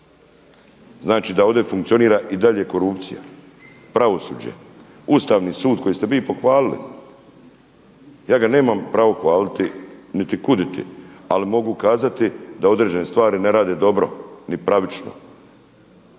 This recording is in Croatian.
Znači da ovdje funkcionira i dalje korupcija. Pravosuđe, Ustavni sud koji ste vi pohvalili ja ga nemam pravo hvaliti niti kuditi, ali mogu kazati da određene stvari ne rade dobro ni pravično.